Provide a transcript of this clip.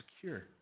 secure